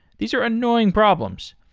these are annoying problems.